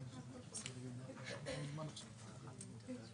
אני מחדש את הישיבה.